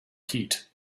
heat